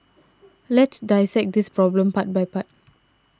let's dissect this problem part by part